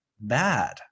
bad